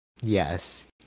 yes